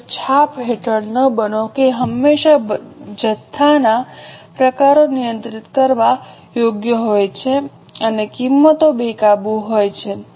અલબત્ત છાપ હેઠળ ન બનો કે હંમેશાં જથ્થાના પ્રકારો નિયંત્રિત કરવા યોગ્ય હોય છે અને કિંમતો બેકાબૂ હોય છે